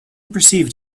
perceived